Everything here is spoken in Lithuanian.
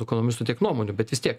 ekonomistų tiek nuomonių bet vis tiek